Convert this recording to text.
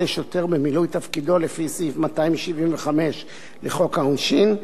לשוטר במילוי תפקידו לפי סעיף 275 לחוק העונשין,